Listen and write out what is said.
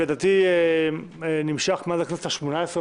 שלדעתי נמשך מאז הכנסת השמונה-עשרה,